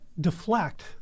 deflect